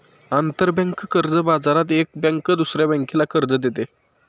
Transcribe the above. आंतरबँक कर्ज बाजारात एक बँक दुसऱ्या बँकेला कर्ज देते